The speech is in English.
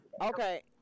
Okay